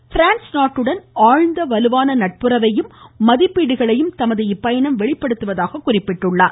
France நாட்டுடன் ஆழ்ந்த வலுவான நட்புறவையும் மதிப்பீடுகளையும் தமது இப்பயணம் வெளிப்படுத்துவதாக குறிப்பிட்டார்